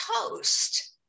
toast